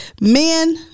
Men